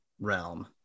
realm